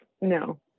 No